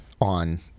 on